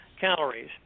calories